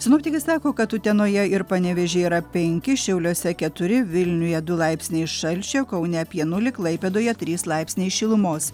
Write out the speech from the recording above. sinoptikai sako kad utenoje ir panevėžyje yra penki šiauliuose keturi vilniuje du laipsniai šalčio kaune apie nulį klaipėdoje trys laipsniai šilumos